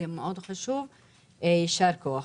יישר כוח.